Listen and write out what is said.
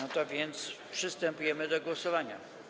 A więc przystępujemy do głosowania.